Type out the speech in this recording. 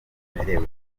amerewe